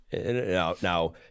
now